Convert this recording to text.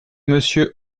monsieur